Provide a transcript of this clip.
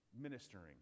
ministering